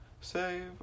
save